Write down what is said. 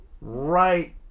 right